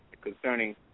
concerning